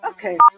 Okay